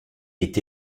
est